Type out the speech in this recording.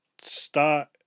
start